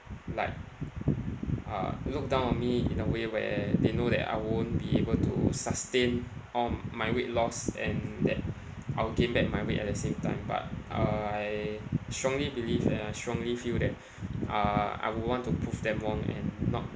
like uh look down on me in a way where they know that I won't be able to sustain all my weight loss and that I'll gain back my weight at the same time but uh I strongly believe and I strongly feel that uh I would want to prove them wrong and not